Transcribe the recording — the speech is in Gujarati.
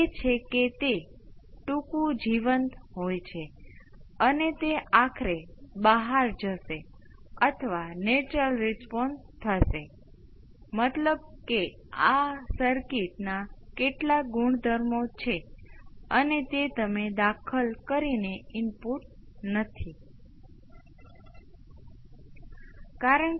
આ S C R દ્વારા ગુણાકાર અને આ એકથી ગુણાકાર જે આપણે મેળવીએ છીએ તે R C છે કે તે માત્ર એક રેખીય ઓપરેટર છે હું તેને તે વિકલનની અંદર મુકીશ અને પછી અહીં પણ મને આ મળે છે